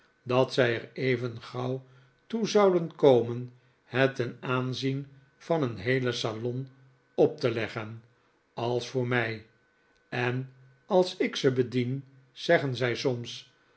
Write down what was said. dat zij er even gauw toe zouden komen het ten aanzien van een heele salon op te leggen als voor mij en als ik ze bedien zeggen zij soms